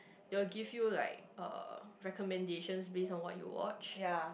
they will give you like uh recommendations based on what you watch